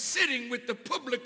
sitting with the public